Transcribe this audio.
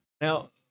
now